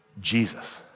Jesus